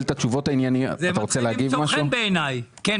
קבע את זה